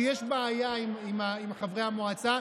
שיש בעיה עם חברי המועצה,